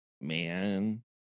man